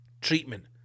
treatment